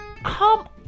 come